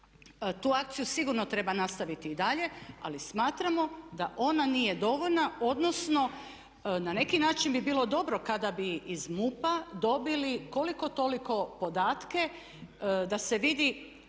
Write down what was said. Tu akciju sigurno treba nastaviti i dalje, ali smatramo da ona nije dovoljna, odnosno na neki način bi bilo dobro kada bi iz MUP-a dobili koliko toliko podatke da se vidi